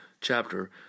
chapter